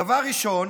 דבר ראשון,